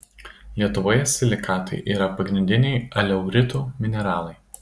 lietuvoje silikatai yra pagrindiniai aleuritų mineralai